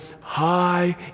high